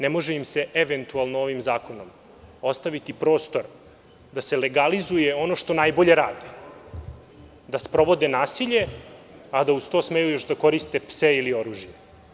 Ne može im se eventualno ovim zakonom ostaviti prostor da se legalizuje ono što najbolje rade, da sprovode nasilje, a da uz to smeju još da koriste pse ili oružje.